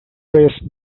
race